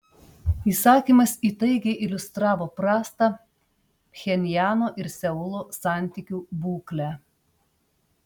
įsakymas įtaigiai iliustravo prastą pchenjano ir seulo santykių būklę